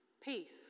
peace